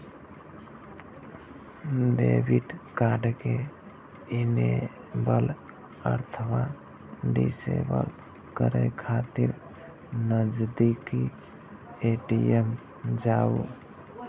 debit card कें enable अथवा disable करै खातिर नजदीकी ए.टी.एम जाउ